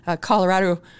Colorado